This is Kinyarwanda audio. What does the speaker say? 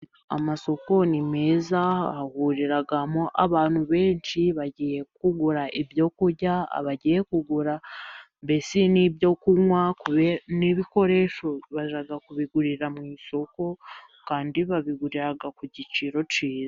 Amasoko ni meza hahuriramo abantu benshi bagiye kugura ibyo kurya, bagiye kugura mbese n'ibyo kunywa, n'ibikoresho bajya kubigurira mu isoko kandi babigurira ku giciro cyiza.